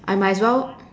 I might as well